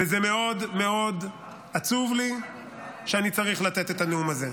וזה מאוד מאוד עצוב לי שאני צריך לתת את הנאום הזה.